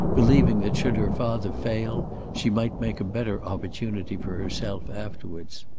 believing that should her father fail she might make a better opportunity for herself afterwards.